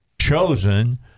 chosen